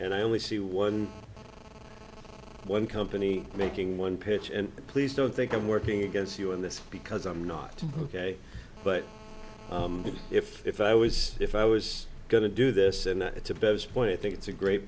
and i only see one one company making one pitch and please don't think i'm working against you in this because i'm not ok but if if i was if i was going to do this and it's a